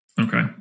Okay